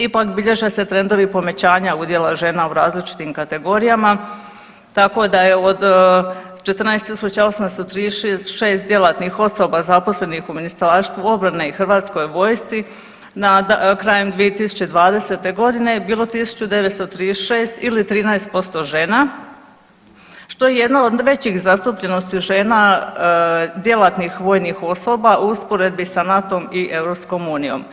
Ipak bilježe se trendovi povećanja udjela žena u različitim kategorijama tako da je od 14.836 djelatnih osoba zaposlenih u Ministarstvu obrane i hrvatskoj vojsci krajem 2020. godine bilo 1.936 ili 13% žena što je jedna od većih zastupljenosti žena djelatnih vojnih osoba u usporedbi s NATO-om i RU.